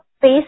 face